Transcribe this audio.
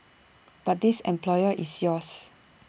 but this employer is yours